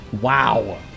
wow